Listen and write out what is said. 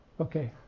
Okay